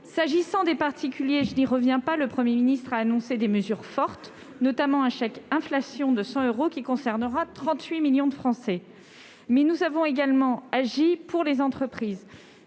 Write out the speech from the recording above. pas sur la situation de ces derniers : le Premier ministre a annoncé des mesures fortes, notamment un chèque inflation de 100 euros, qui concernera 38 millions de Français. Mais nous avons également agi pour les entreprises.